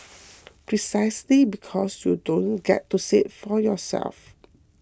precisely because you don't get to see it for yourself